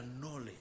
knowledge